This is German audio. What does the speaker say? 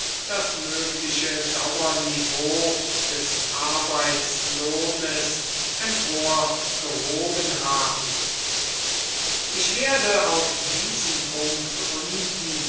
das mögliche dauerniveau des arbeitslohnes emporgehoben haben ich werde auf diesen punkt unten